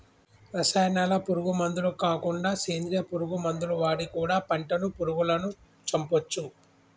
రసాయనాల పురుగు మందులు కాకుండా సేంద్రియ పురుగు మందులు వాడి కూడా పంటను పురుగులను చంపొచ్చు